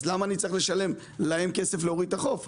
אז למה אני צריך לשלם להם כסף להוריד לחוף?